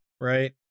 right